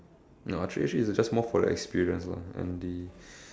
no archery actually is just more for the experience lah and the